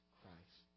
Christ